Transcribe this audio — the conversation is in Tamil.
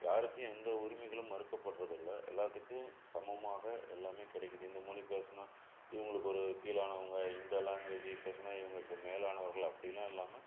யாருக்கும் எந்த உரிமைகளும் மறுக்கப்படுறது இல்லை எல்லோத்துக்கும் சமமாக எல்லாமே கிடைக்கிது இந்த மொழி பேசினா இவங்களுக்கு ஒரு கீழானவங்க இந்த லாங்குவேஜு பேசினா இவங்களுக்கு மேலானவர்கள் அப்படிலாம் இல்லாமல்